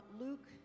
Luke